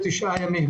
תוך כמה זמן?